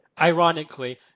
ironically